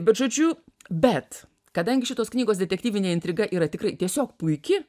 bet žodžiu bet kadangi šitos knygos detektyvinė intriga yra tikrai tiesiog puiki